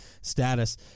status